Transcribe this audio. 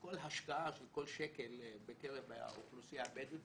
שכל השקעה של כל שקל בקרב האוכלוסייה הבדואית,